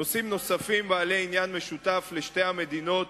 נושאים נוספים בעלי עניין משותף לשתי המדינות